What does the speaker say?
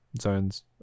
zones